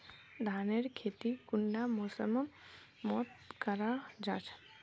धानेर खेती कुंडा मौसम मोत करा जा?